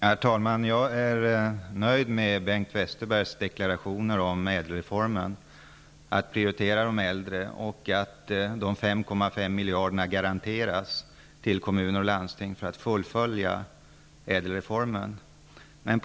Herr talman! Jag är nöjd med Bengt Westerbergs deklarationer om ÄDEL-reformen, att de äldre skall prioriteras och att de 5,5 miljarderna till kommuner och landsting för att fullfölja ÄDEL reformen skall garanteras.